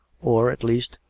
or, at least,